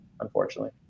unfortunately